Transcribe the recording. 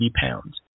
pounds